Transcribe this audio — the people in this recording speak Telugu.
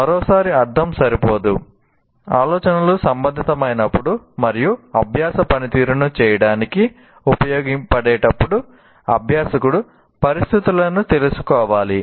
మరోసారి అర్థం సరిపోదు ఆలోచనలు సంబంధితమైనప్పుడు మరియు అభ్యాస పనితీరును చేయడానికి ఉపయోగపడేటప్పుడు అభ్యాసకుడు పరిస్థితులను తెలుసుకోవాలి